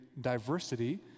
diversity